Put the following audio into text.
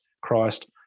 christ